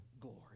glory